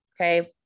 Okay